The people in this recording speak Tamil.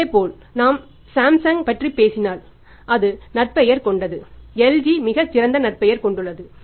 இதேபோல் நாம் சாம்சங்கைப் பற்றி பேசினால் அது நட்பெயர் கொண்டது LG மிகச் சிறந்த நற்பெயரை கொண்டுள்ளது